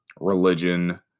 religion